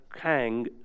Kang